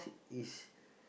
is